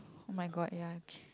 oh-my-god ya